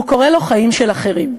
שהוא קורא לו: "חיים של אחרים":